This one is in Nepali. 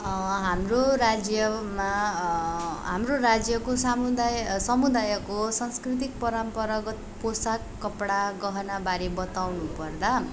हाम्रो राज्यमा हाम्रो राज्यको सामुदाय समुदायको सांस्कृतिक परम्परागत पोशाक कपडा गहनाबारे बताउनुपर्दा